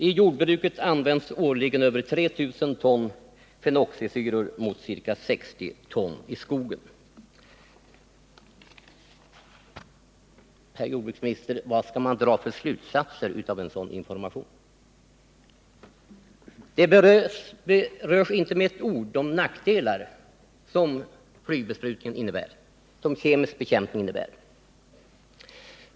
I jordbruket används årligen över 3 000 ton fenoxisyror mot ca 60 ton i skogen.” Vad skall man dra för slutsatser av en sådan information, herr jordbruksminister? Inte med ett ord berörs de nackdelar som kemisk bekämpning innebär.